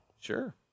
Sure